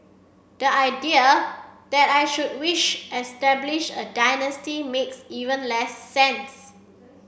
the idea that I should wish establish a dynasty makes even less sense